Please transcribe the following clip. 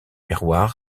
miroir